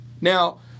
Now